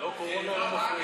הייתה הבעת